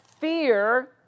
fear